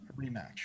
rematch